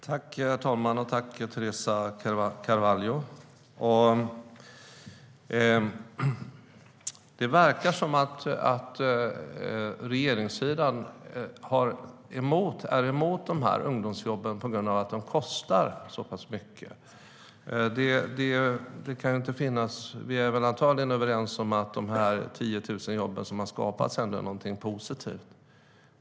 Herr talman! Tack, Teresa Carvalho! Det verkar som att regeringssidan är emot de här ungdomsjobben på grund av att de kostar så pass mycket. Vi är antagligen överens om att de 10 000 jobben som har skapats ändå är någonting positivt.